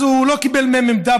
הוא לא קיבל מהם עמדה,